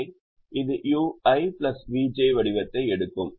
எனவே இது ui vj வடிவத்தை எடுக்கும்